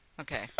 Okay